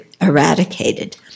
eradicated